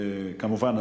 כמובן,